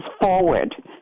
forward